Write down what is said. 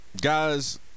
guys